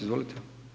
Izvolite.